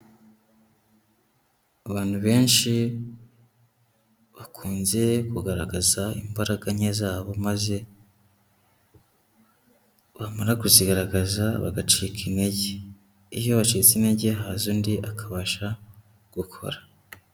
Abantu benshi, bakunze kugaragaza imbaraga nke zabo maze, bamara kuzigaragaza bagacika intege. Iyo wacitse intege haza undi akabasha gukora.